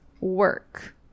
work